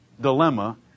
dilemma